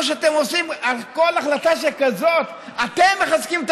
מה שאתם עושים, בכל החלטה שכזאת, אתם מחזקים את